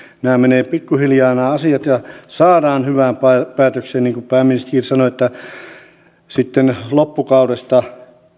nämä asiat menevät pikkuhiljaa ja saadaan hyvään päätökseen niin kuin pääministerikin sanoi sitten loppukaudesta